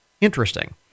Interesting